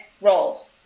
roll